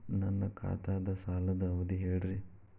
ನನ್ನ ಖಾತಾದ್ದ ಸಾಲದ್ ಅವಧಿ ಹೇಳ್ರಿ